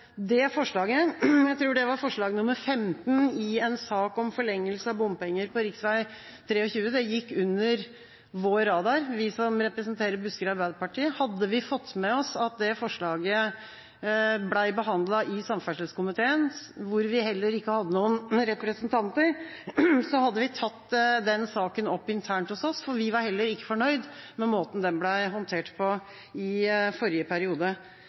det forslaget – jeg tror det var forslag nr. 15 i en sak om forlengelse av bompenger på rv. 23 – gikk under vår radar. Hadde vi som representerer Buskerud Arbeiderparti, fått med oss at det forslaget ble behandlet i samferdselskomiteen – hvor vi heller ikke hadde noen representanter – hadde vi tatt den saken opp internt hos oss, for vi var heller ikke fornøyd med måten den ble håndtert på i forrige periode.